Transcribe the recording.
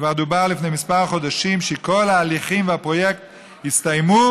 כבר דובר לפני כמה חודשים שכל ההליכים והפרויקט יסתיימו